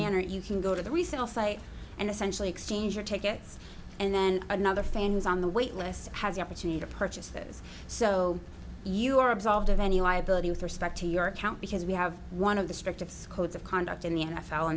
manner you can go to the resale site and essentially exchange your tickets and then another fans on the wait list has the opportunity to purchase those so you are absolved of any liability with respect to your account because we have one of the strictest squads of conduct in the n